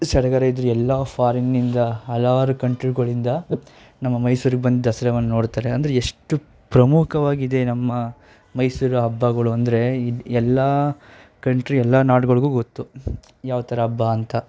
ಸಡಗರ ಇದ್ದರೂ ಎಲ್ಲ ಫಾರಿನ್ನಿಂದ ಹಲವಾರು ಕಂಟ್ರಿಗಳಿಂದ ನಮ್ಮ ಮೈಸೂರಿಗೆ ಬಂದು ದಸ್ರಾವನ್ನು ನೋಡುತ್ತಾರೆ ಅಂದರೆ ಎಷ್ಟು ಪ್ರಮುಖವಾಗಿದೆ ನಮ್ಮ ಮೈಸೂರು ಹಬ್ಬಗಳು ಅಂದರೆ ಇದು ಎಲ್ಲ ಕಂಟ್ರಿ ಎಲ್ಲ ನಾಡುಗಳಿಗೂ ಗೊತ್ತು ಯಾವ ಥರ ಹಬ್ಬ ಅಂತ